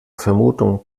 vermutung